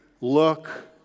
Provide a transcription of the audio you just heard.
look